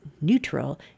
neutral